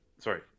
Sorry